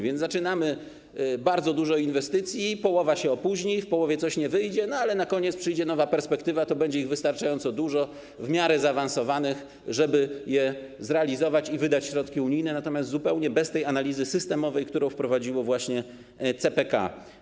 Więc zaczynamy bardzo dużo inwestycji - połowa się opóźni, w połowie coś nie wyjdzie, ale na koniec przyjdzie nowa perspektywa, to będzie ich wystarczająco dużo, w miarę zaawansowanych, żeby je zrealizować i wydać środki unijne, natomiast zupełnie bez tej analizy systemowej, którą wprowadziło właśnie CPK.